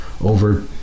over